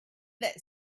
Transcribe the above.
that